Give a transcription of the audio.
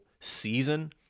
season